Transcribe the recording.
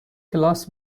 کلاس